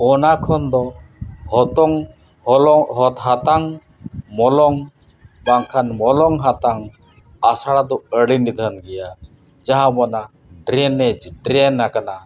ᱚᱱᱟ ᱠᱷᱚᱱ ᱫᱚ ᱦᱚᱛᱚᱝ ᱚᱞᱚᱜ ᱦᱚᱸ ᱦᱟᱛᱟᱝ ᱢᱚᱞᱚᱝ ᱵᱟᱝᱠᱷᱟᱱ ᱢᱚᱞᱚᱝ ᱦᱟᱛᱟᱝ ᱟᱥᱲᱟ ᱫᱚ ᱟᱹᱰᱤ ᱱᱤᱫᱷᱟᱹᱱ ᱜᱮᱭᱟ ᱡᱟᱦᱟᱸ ᱢᱟᱱᱟ ᱰᱨᱮᱹᱱᱮᱹᱡᱽ ᱰᱨᱮᱹᱱᱟᱠᱟᱫᱟ